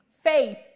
Faith